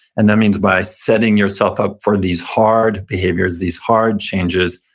and that means, by setting yourself up for these hard behaviors, these hard changes,